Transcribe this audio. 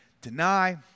deny